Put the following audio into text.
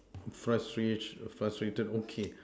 frustrate frustrated okay